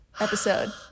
episode